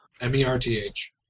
M-E-R-T-H